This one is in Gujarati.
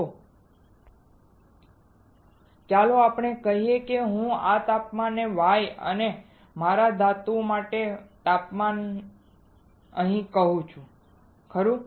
તો ચાલો આપણે કહીએ કે હું આ તાપમાનને Y અને મારા ધાતુ માટેનું તાપમાન કહું છું ખરું